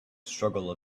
struggle